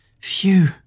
Phew